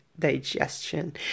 Digestion